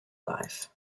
life